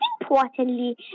importantly